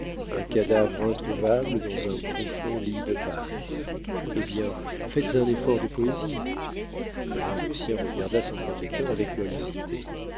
un cadavre introuvable dans un profond lit de vase eh bien faites un effort de poésie là lucien regarda son protecteur avec curiosité